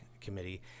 committee